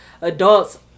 adults